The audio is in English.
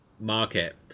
market